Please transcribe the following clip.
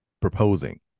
proposing